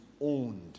owned